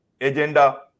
agenda